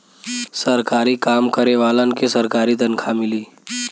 सरकारी काम करे वालन के सरकारी तनखा मिली